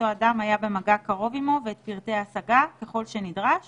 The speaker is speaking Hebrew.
בהשגה והלקחים שהופקו.